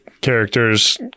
characters